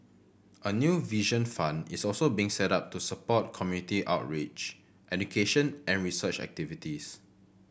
a new Vision Fund is also being set up to support community outreach education and research activities